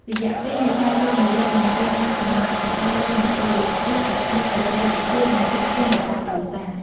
រយៈពេលនៃការចូលម្លប់មិនត្រូវបានកំណត់ច្បាស់លាស់នោះទេ វាអាស្រ័យទៅលើលទ្ធភាព និងធនធានរបស់គ្រួសារ។